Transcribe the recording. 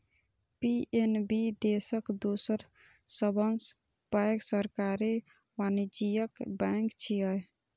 PNB देशक दोसर सबसं पैघ सरकारी वाणिज्यिक बैंक छियै